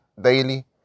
daily